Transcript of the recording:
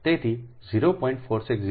તેથી 0